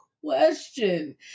question